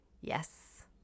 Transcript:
Yes